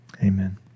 amen